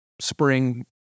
spring